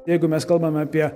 jeigu mes kalbame apie